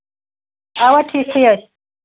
اَوا ٹھیٖکٕے ٲسۍ